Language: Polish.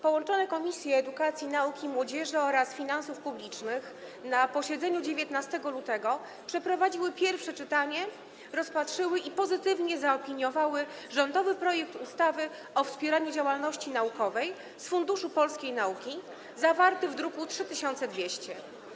Połączone Komisje: Edukacji, Nauki i Młodzieży oraz Finansów Publicznych na posiedzeniu 19 lutego przeprowadziły pierwsze czytanie, rozpatrzyły i pozytywnie zaopiniowały rządowy projekt ustawy o wspieraniu działalności naukowej z Funduszu Polskiej Nauki, zawarty w druku nr 3200.